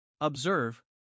Observe